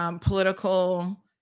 political